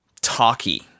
talky